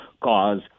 cause